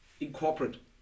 incorporate